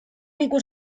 ikus